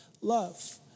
love